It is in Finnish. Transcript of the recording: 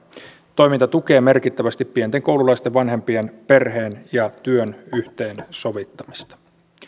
toiminta tukee merkittävästi pienten koululaisten vanhempien perheen ja työn yhteensovittamista